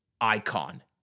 icon